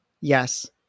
yes